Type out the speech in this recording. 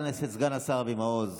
חבר הכנסת סגן השר אבי מעוז,